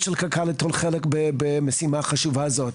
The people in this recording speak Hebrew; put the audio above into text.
של קק"ל לתרום חלק במשימה חשובה זאת.